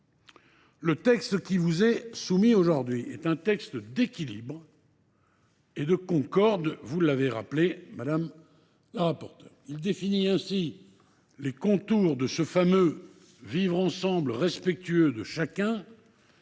le texte qui vous est soumis aujourd’hui est un texte d’équilibre et de concorde, comme l’a souligné la rapporteure. Il définit les contours de ce fameux « vivre ensemble », respectueux de chacun,